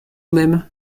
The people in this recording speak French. même